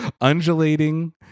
undulating